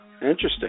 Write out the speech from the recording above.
Interesting